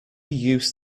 used